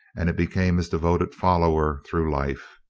and it became his devoted follower through life.